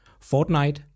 Fortnite